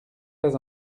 pas